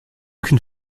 qu’une